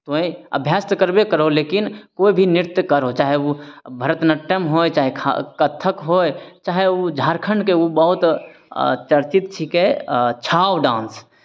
तोँय अभ्यास तऽ करबे करहो लेकिन कोइ भी नृत्य करहो चाहे ओ भरतनाट्यम होय चाहे खा कत्थक होय चाहे ओ झारखंडके ओ बहुत चर्चित छिकै छऊ डान्स